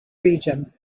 region